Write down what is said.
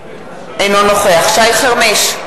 אינו נוכח שי חרמש,